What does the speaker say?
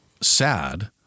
sad